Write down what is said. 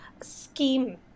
scheme